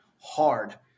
hard